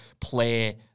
play